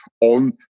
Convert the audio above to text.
on